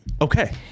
Okay